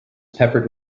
peppered